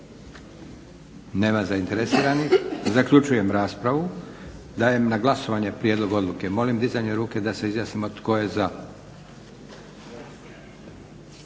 Nema zainteresiranih. Zaključujem raspravu. Dajem na glasovanje prijedlog odluke. Molim dizanjem ruke da se izjasnimo tko je za.